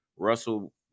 Russell